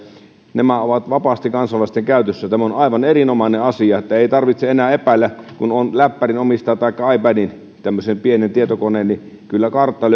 nämä ovat vapaasti kansalaisten käytössä tämä on aivan erinomainen asia että ei tarvitse enää epäillä kun on läppärin taikka ipadin tämmöisen pienen tietokoneen omistaja niin kyllä kartta